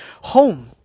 home